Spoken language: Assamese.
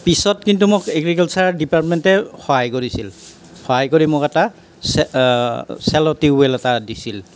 পিছত কিন্তু মোক এগ্ৰিকালচাৰ ডিপাৰ্টমেণ্টে সহায় কৰিছিল সহায় কৰি মোক এটা চে চেল' টিউব ৱেল এটা দিছিল